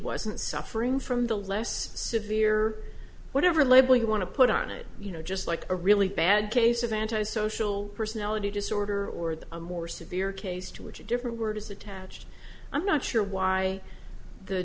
wasn't suffering from the less severe whatever label you want to put on it you know just like a really bad case of anti social personality disorder or a more severe case to which a different word is attached i'm not sure why the